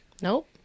Nope